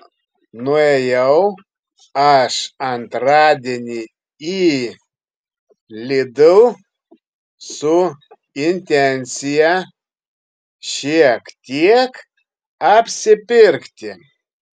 nuėjau aš antradienį į lidl su intencija šiek tiek apsipirkti